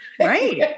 right